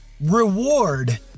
reward